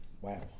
Wow